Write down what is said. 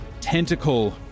tentacle